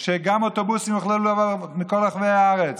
שגם אוטובוסים יוכלו לבוא מכל רחבי הארץ,